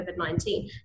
COVID-19